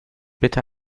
bitte